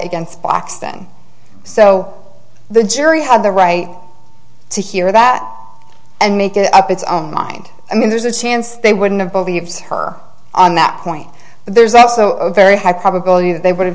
against box thing so the jury had the right to hear that and make up its mind i mean there's a chance they wouldn't have believed her on that point but there's also a very high probability that they would have